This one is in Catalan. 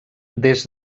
des